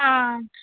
ஆ